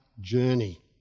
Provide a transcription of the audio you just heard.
journey